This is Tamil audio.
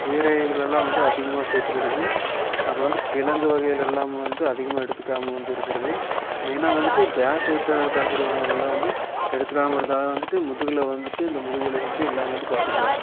கீரைகளல்லாம் வந்து அதிகமாக சேர்த்துக்குறது அப்புறம் வந்து கிழங்கு வகைகள் எல்லாம் வந்து அதிகமாக எடுத்துக்காமல் வந்து இருக்கிறது மெயினாக வந்துட்டு கேஸ் ஐட்டம் தரக்கூடிய உணவுகளல்லால் வந்து எடுத்துக்காமல் இருந்தால்தான் வந்துட்டு முதுகில் வந்துட்டு முதுகு வலி வந்துட்டு இல்லாமல் வந்து பார்த்துக்கலாம்